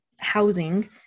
housing